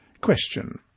Question